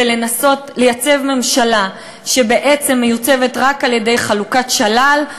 לנסות לייצב ממשלה שבעצם מיוצבת רק על-ידי חלוקת שלל,